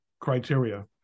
criteria